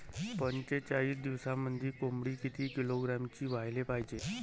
पंचेचाळीस दिवसामंदी कोंबडी किती किलोग्रॅमची व्हायले पाहीजे?